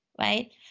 Right